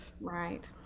Right